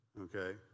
okay